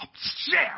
Share